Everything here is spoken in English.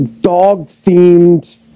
dog-themed